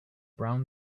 brown